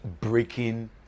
breaking